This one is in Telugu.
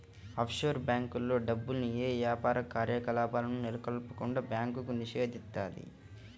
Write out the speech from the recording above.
ఆఫ్షోర్ బ్యేంకుల్లో డబ్బుల్ని యే యాపార కార్యకలాపాలను నెలకొల్పకుండా బ్యాంకు నిషేధిత్తది